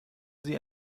sie